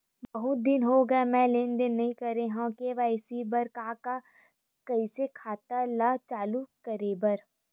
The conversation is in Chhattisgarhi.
बहुत दिन हो गए मैं लेनदेन नई करे हाव के.वाई.सी बर का का कइसे खाता ला चालू करेबर?